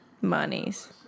monies